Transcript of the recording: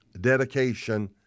dedication